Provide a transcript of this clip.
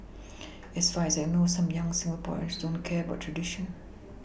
as far as I know some young Singaporeans don't care about traditions